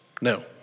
no